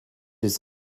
his